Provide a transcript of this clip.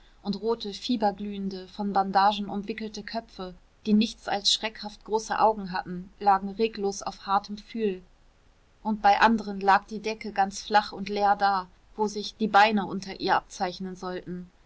und rote fieberglühende von bandagen umwickelte köpfe die nichts als schreckhaft große augen hatten lagen reglos auf hartem pfühl und bei anderen lag die decke ganz flach und leer da wo sich die beine unter ihr abzeichnen sollten